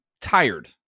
tired